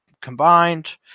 combined